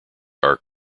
are